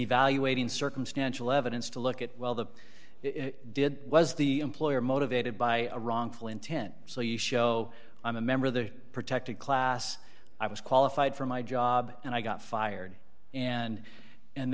evaluating circumstantial evidence to look at while the did was the employer motivated by a wrongful intent so you show i'm a member of the protected class i was qualified for my job and i got fired and and